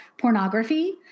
pornography